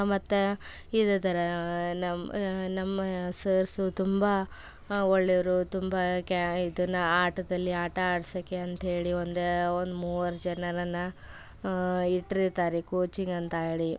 ಮತ್ತು ಇದೇ ಥರ ನಮ್ಮ ನಮ್ಮ ಸರ್ಸೂ ತುಂಬ ಒಳ್ಳೆವರು ತುಂಬ ಕ್ಯಾ ಇದನ್ನ ಆಟದಲ್ಲಿ ಆಟ ಆಡ್ಸೋಕ್ಕೆ ಅಂತ ಹೇಳಿ ಒಂದು ಒಂದು ಮೂರು ಜನರನ್ನು ಇಟ್ಟಿರ್ತಾರೆ ಕೋಚಿಂಗ್ ಅಂತ ಹೇಳಿ